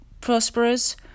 prosperous